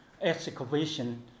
excavation